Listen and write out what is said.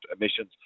emissions